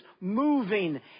moving